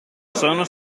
sono